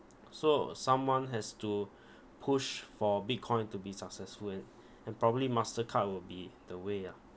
so someone has to push for Bitcoin to be successful and and probably Mastercard would be the way ah